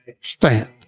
stand